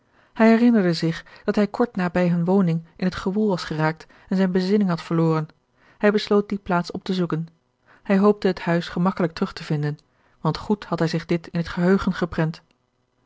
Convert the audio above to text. hij herinnerde zich dat hij kort nabij hunne woning in het gewoel was geraakt en zijne bezinning had verloren hij besloot die plaats op te zoeken hij hoopte het huis gemakkelijk terug te vinden want goed had hij zich dit in het geheugen geprent